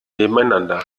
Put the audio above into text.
nebeneinander